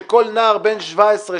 שכל נער בן 17,